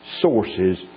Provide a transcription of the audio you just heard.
sources